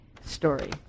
story